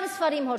גם ספרים הורסים.